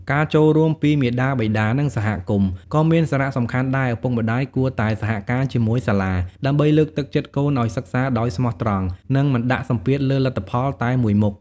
ការចូលរួមពីមាតាបិតា និងសហគមន៍ ក៏មានសារៈសំខាន់ដែរ ឪពុកម្ដាយគួរតែសហការជាមួយសាលា ដើម្បីលើកទឹកចិត្តកូនឱ្យសិក្សាដោយស្មោះត្រង់ និងមិនដាក់សម្ពាធលើលទ្ធផលតែមួយមុខ។